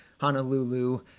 Honolulu